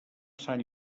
sant